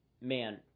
man